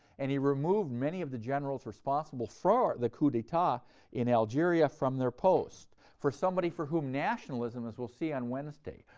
and he removed many of the generals responsible for ah the coup d'etat in algeria from their post. for somebody for whom nationalism, as we'll see on wednesday,